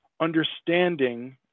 understanding